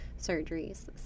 surgeries